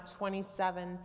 27